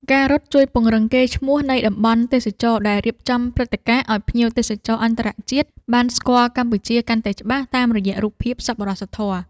ការរត់ជួយពង្រឹងកេរ្តិ៍ឈ្មោះនៃតំបន់ទេសចរណ៍ដែលរៀបចំព្រឹត្តិការណ៍ឱ្យភ្ញៀវទេសចរអន្តរជាតិបានស្គាល់កម្ពុជាកាន់តែច្បាស់តាមរយៈរូបភាពសប្បុរសធម៌។